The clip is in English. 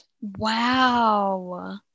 Wow